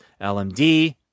LMD